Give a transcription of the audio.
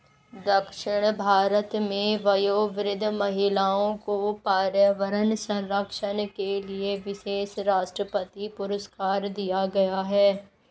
दक्षिण भारत में वयोवृद्ध महिला को पर्यावरण संरक्षण के लिए विशेष राष्ट्रपति पुरस्कार दिया गया है